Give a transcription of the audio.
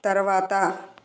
తర్వాత